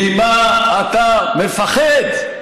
ממה אתה מפחד?